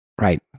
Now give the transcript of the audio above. Right